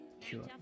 cure